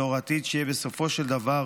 דור העתיד שיהיה בסופו של דבר